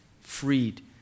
freed